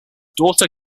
daughter